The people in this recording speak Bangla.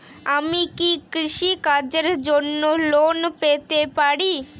আমি কি কৃষি কাজের জন্য লোন পেতে পারি?